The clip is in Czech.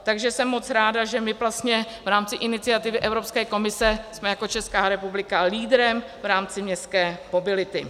Takže jsem moc ráda, že my vlastně v rámci iniciativy Evropské komise jsme jako Česká republika lídrem v rámci městské mobility.